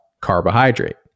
carbohydrate